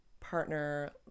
partner